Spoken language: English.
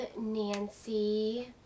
Nancy